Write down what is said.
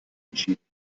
entschieden